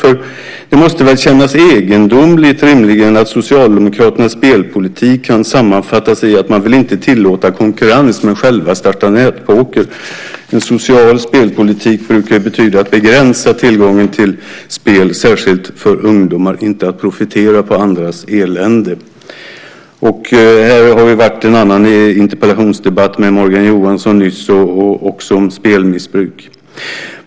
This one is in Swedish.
Det måste väl rimligen kännas egendomligt att Socialdemokraternas spelpolitik kan sammanfattas i att man inte vill tillåta konkurrens men själva startar nätpoker. En social spelpolitik brukar ju betyda att man begränsar tillgången till spel, särskilt för ungdomar, inte att man profiterar på andras elände. Här har det nyligen varit en annan interpellationsdebatt med Morgan Johansson också om spelmissbruk.